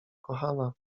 kochana